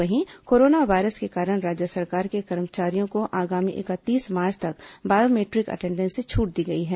वहीं corona virus के कारण राज्य सरकार के कर्मचारियों को आगामी इकतीस मार्च तक बायोमेट्रिक अटेंडेंस से छूट दी गई है